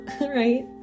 right